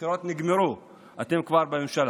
הבחירות נגמרו, אתם כבר בממשלה.